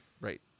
Right